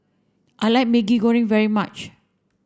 I like Maggi Goreng very much